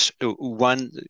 one